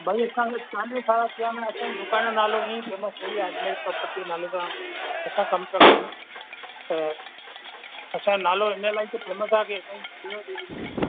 भली असांखे चालीह साल थिया आहिनि असांजो दुकान जो नालो जो ईअं ई फ़ेमस थोरे आहे अजमेर प्रॉपर्टी जे नाले सां असां कमु पिया करूं त असांजो नालो इन लाइ त फ़ेमस आहे कि असांजी किलियर गुड विल